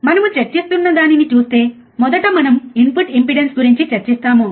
మనము చర్చిస్తున్న దానిని చూస్తే మొదట మనము ఇన్పుట్ ఇంపెడెన్స్ గురించి చర్చిస్తాము